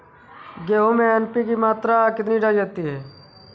गेहूँ में एन.पी.के की मात्रा कितनी डाली जाती है?